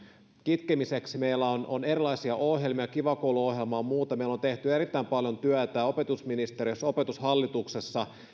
kitkemiseksi meillä on on erilaisia ohjelmia kiva koulu ohjelmaa ja muuta meillä on tehty erittäin paljon työtä opetusministeriössä ja opetushallituksessa